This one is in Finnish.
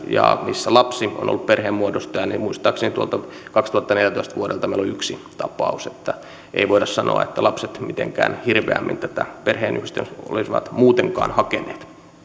ja joissa lapsi on ollut perheenmuodostaja niin muistaakseni tuolta vuodelta kaksituhattaneljätoista meillä on yksi tapaus että ei voida sanoa että lapset mitenkään hirveämmin tätä perheenyhdistämistä olisivat muutenkaan hakeneet